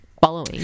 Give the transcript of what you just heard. following